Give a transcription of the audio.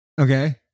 Okay